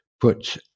put